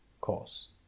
cause